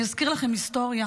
אזכיר לכם היסטוריה: